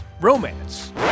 Romance